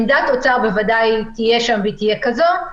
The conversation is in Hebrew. עמדת האוצר בוודאי תהיה שם והיא תהיה כזאת.